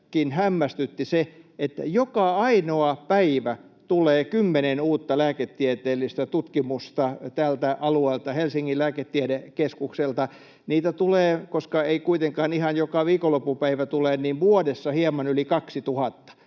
hämmästytti se, että joka ainoa päivä tulee kymmenen uutta lääketieteellistä tutkimusta tältä alueelta, Helsingin lääketiedekeskukselta. Niitä tulee — koska ei kuitenkaan ihan joka viikonlopun päivä tule — vuodessa hieman yli 2 000,